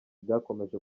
byakomeje